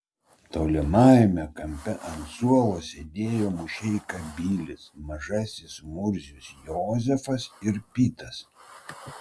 tolimajame kampe ant suolo sėdėjo mušeika bilis mažasis murzius jozefas ir pitas